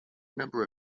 number